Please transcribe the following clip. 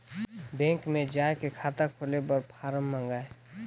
Bank मे जाय के खाता खोले बर फारम मंगाय?